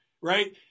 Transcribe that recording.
right